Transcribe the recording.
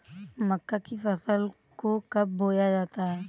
मक्का की फसल को कब बोया जाता है?